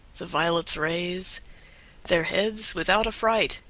the violets raise their heads without affright,